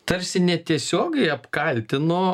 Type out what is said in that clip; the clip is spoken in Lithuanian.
tarsi netiesiogiai apkaltino